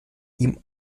ihm